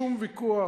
שום ויכוח,